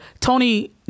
Tony